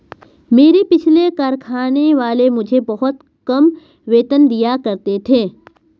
मेरे पिछले कारखाने वाले मुझे बहुत कम वेतन दिया करते थे